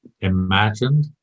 imagined